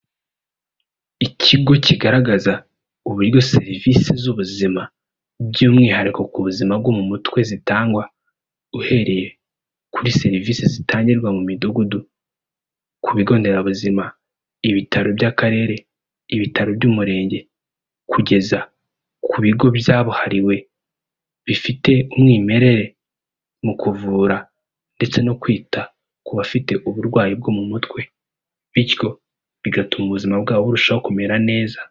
Ikigo kigaragaza uburyo serivisi z'ubuzima by'umwihariko ku buzima bwo mu mutwe zitangwa uhereye kuri serivisi zitangirwa mu midugudu, ku bigo nderabuzima, ibitaro by'akarere, ibitaro by'umurenge, kugeza ku bigo byabuhariwe bifite umwimerere mu kuvura ndetse no kwita ku bafite uburwayi bwo mu mutwe bityo bigatuma ubuzima bwabo burushaho kumera neza.